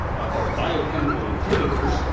are biochemical inhibitors.